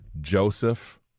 Joseph